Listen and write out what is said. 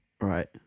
Right